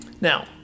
Now